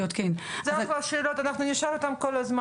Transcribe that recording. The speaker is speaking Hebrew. זה אחלה שאלות ואנחנו נשאל אותן כל הזמן.